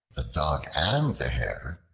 the dog and the hare,